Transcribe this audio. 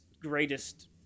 greatest